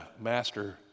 master